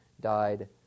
died